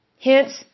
Hence